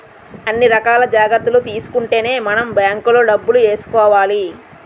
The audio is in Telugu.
అన్ని రకాల జాగ్రత్తలు తీసుకుంటేనే మనం బాంకులో డబ్బులు ఏసుకోవాలి